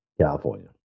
California